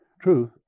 truth